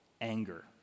Anger